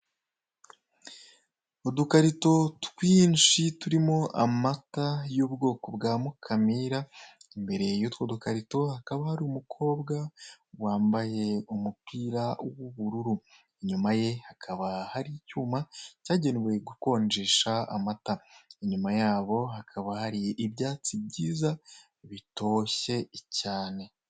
udukarito twinshi turimo amata y'ubwoko bwa Mukamira, imbere y'utwo dukarito hakaba hari umukobwa wambaye umupira w'ubururu inyuma ye hakaba hari icyuma cyagenewe gukonjesha amata, inyuma yabo hakaba hari ibyatsi byiza bitoshye cyane.